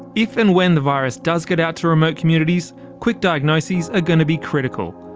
if and when the virus does get out to remote communities, quick diagnoses are gonna be critical.